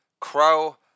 crow